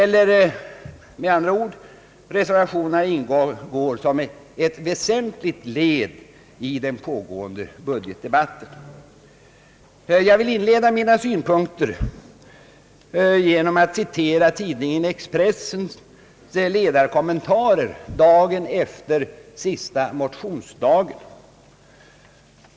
Eller med andra ord: Reservationen ingår som ett väsentligt led i den pågående budgetdebatten. Jag vill inleda mina synpunkter med att citera Expressens ledarkommentarer dagen efter sista motionsdagen.